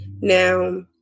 Now